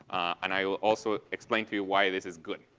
and i will also explain to you why this is good.